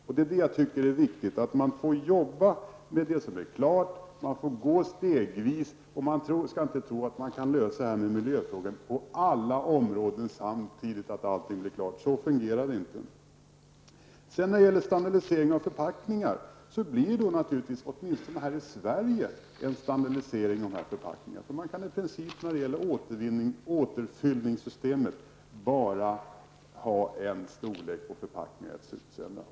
Jag tycker att det är viktigt att man får jobba med det som är klart, att man får gå stegvis. Och man skall inte tro att man kan lösa miljöfrågorna på alla områden samtidigt och att allting blir klart. Så fungerar det inte. När det gäller standardisering av förpackningar blir det naturligtvis, åtminstone här i Sverige, en standardisering av dessa förpackningar. Med återfyllningssystemet kan man bara ha en storlek på förpackningarna.